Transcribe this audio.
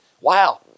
Wow